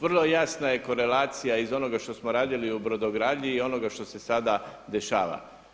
Vrlo jasna je korelacija iz onoga što smo radili u brodogradnji i onoga što se sada dešava.